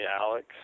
Alex